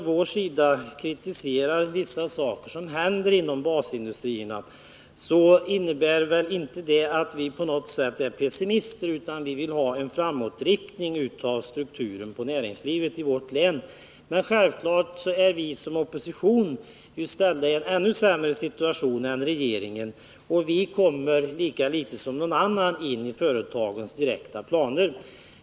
När vi kritiserar vissa saker som händer inom basindustrierna innebär inte det att vi på något sätt är pessimister, utan vår strävan är att få en framåtriktning av strukturen på näringslivet i vårt län. Men självfallet är vi i oppositionsställning i en ännu sämre situation än regeringen när det gäller insyn och påverkan i samband med företagens direkta planer.